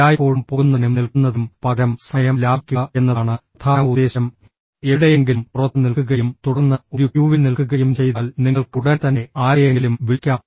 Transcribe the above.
എല്ലായ്പ്പോഴും പോകുന്നതിനും നിൽക്കുന്നതിനും പകരം സമയം ലാഭിക്കുക എന്നതാണ് പ്രധാന ഉദ്ദേശ്യം എവിടെയെങ്കിലും പുറത്ത് നിൽക്കുകയും തുടർന്ന് ഒരു ക്യൂവിൽ നിൽക്കുകയും ചെയ്താൽ നിങ്ങൾക്ക് ഉടൻ തന്നെ ആരെയെങ്കിലും വിളിക്കാം